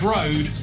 Road